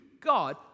God